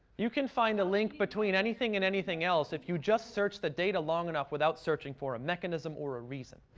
can find a link between anything and anything else if you just search the data long enough without searching for a mechanism or a reason.